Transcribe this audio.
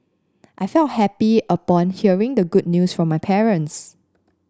I felt happy upon hearing the good news from my parents